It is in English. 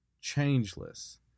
changeless